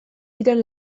diren